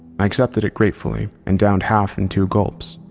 i accepted it gratefully and downed half in two gulps,